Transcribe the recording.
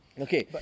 Okay